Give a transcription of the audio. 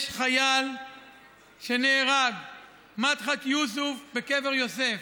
יש חייל שנהרג, מדחת יוסף, בקבר יוסף.